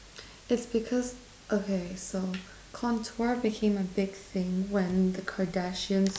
it's because okay so contour became a big thing when the Kardashians